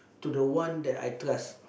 to the one that I trust